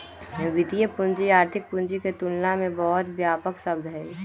वित्तीय पूंजी आर्थिक पूंजी के तुलना में बहुत व्यापक शब्द हई